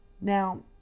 Now